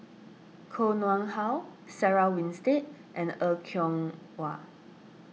Koh Nguang How Sarah Winstedt and Er Kwong Wah